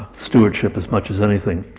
stewardship as much as anything,